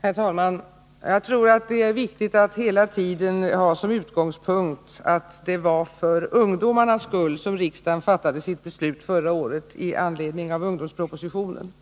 Herr talman! Jag tror att det är viktigt att hela tiden ha som utgångspunkt att det var för ungdomarnas skull riksdagen förra året fattade sitt beslut i anledning av ungdomspropositionen.